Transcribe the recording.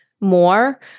more